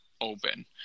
open